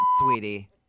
sweetie